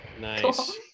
Nice